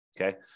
okay